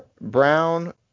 Brown